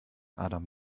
adam